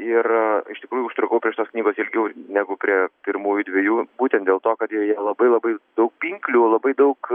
ir iš tikrųjų užtrukau prie šitos knygos ilgiau negu prie pirmųjų dviejų būtent dėl to kad joje labai labai daug pinklių labai daug